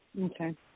Okay